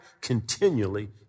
continually